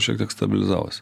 šiek tiek stabilizavosi